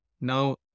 Now